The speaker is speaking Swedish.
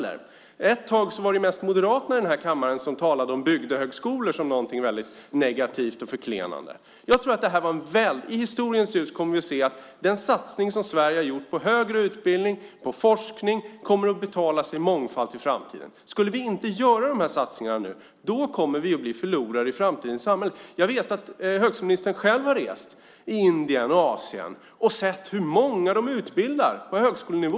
Ett tag var det mest moderaterna här i kammaren som talade om bygdehögskolor som någonting väldigt negativt och förklenande. I historiens ljus kommer vi att se att den satsning som Sverige har gjort på högre utbildning och forskning kommer att betala sig mångfalt i framtiden. Gör vi inte de här satsningarna nu kommer vi att bli förlorare i framtidens samhälle. Jag vet att högskoleministern själv har rest i Indien och Asien och sett hur många de utbildar på högskolenivå.